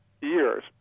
years